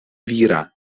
vira